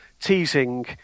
teasing